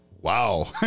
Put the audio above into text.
wow